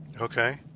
Okay